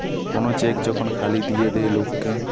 কোন চেক যখন খালি দিয়ে দেয় লোক কে